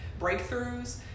breakthroughs